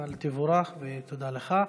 אבל תבורך ותודה לך.